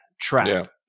trap